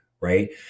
right